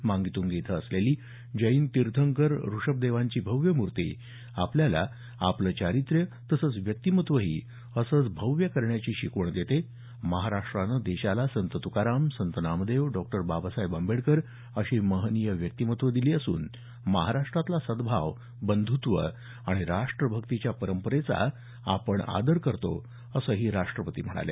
मांगी तुंगी इथं असलेली जैन तीर्थकर ऋषभदेवांची भव्य मूर्ती आपल्याला आपलं चरित्र्यं व्यक्तिमत्वंही असंच भव्य करण्याची शिकवण देते महाराष्ट्रानं देशाला संत तुकाराम संत नामदेव डॉ बाबासाहेब आंबेडकर अशी महनीय व्यक्तिमत्वं दिली असून महाराष्ट्रातला सद्दभाव बंधुत्व आणि राष्ट्रभक्तीच्या परंपरेचा आपण आदर करतो असंही राष्ट्रपती म्हणाले